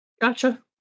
Gotcha